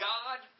God